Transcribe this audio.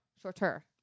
Shorter